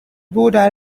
bordered